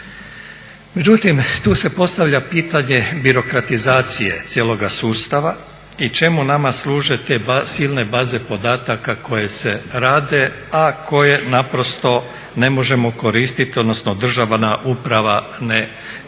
Međutim, tu se postavlja pitanje birokratizacije cijeloga sustava i čemu nama služe silne baze podataka koje se rade a koje naprosto ne možemo koristiti odnosno državna uprava ne koristi